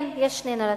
כן, יש שני נרטיבים,